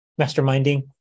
masterminding